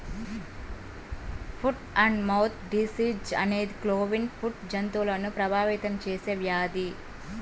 foot and mouth disease అనేది cloven foot జంతువులను ప్రభావితం చేసే వ్యాధి